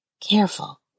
Careful